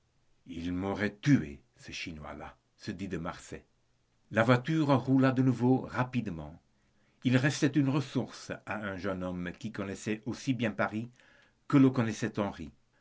il m'aurait tué ce chinois-là se dit de marsay la voiture roula de nouveau rapidement il restait une ressource à un jeune homme qui connaissait aussi bien paris que le connaissait henri